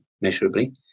measurably